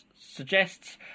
suggests